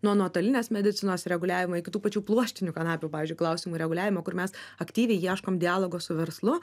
nuo dalinės medicinos reguliavimo iki tų pačių pluoštinių kanapių pavyzdžiui klausimų reguliavimo kur mes aktyviai ieškom dialogo su verslu